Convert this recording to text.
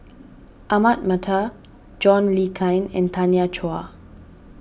Ahmad Mattar John Le Cain and Tanya Chua